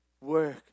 work